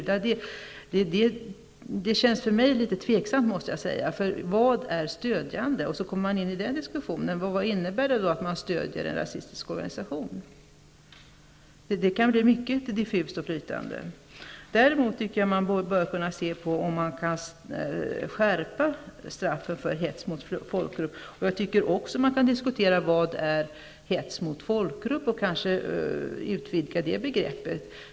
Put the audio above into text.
Det känns för mig litet tvivelaktigt. Vad menas med stödjande? Här kommer man alltså in på frågan vad det innebär att stödja en rasistisk organisation. Det kan bli mycket diffust och flytande. Däremot tycker jag att man kan undersöka om man kan skärpa straffet för hets mot folkgrupp. Man kan också diskutera vad som menas med hets mot folkgrupp och kanske även utvidga det begreppet.